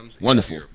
Wonderful